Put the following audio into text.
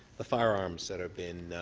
ah firearms that have been